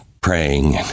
praying